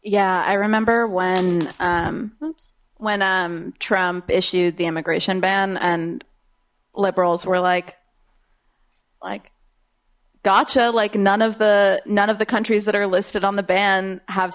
yeah i remember when when trump issued the immigration ban and liberals were like like gotcha like none of the none of the countries that are listed on the ban have